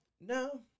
No